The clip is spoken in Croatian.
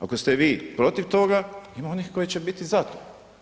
Ako ste vi protiv toga, ima onih koji će biti za to.